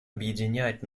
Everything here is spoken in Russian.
объединять